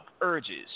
urges